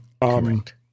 Correct